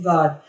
God